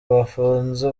bafunze